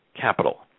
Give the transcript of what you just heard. capital